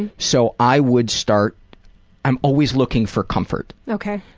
and so i would start i'm always looking for comfort. ok.